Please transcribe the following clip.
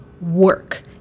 work